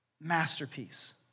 masterpiece